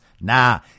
Nah